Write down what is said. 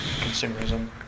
consumerism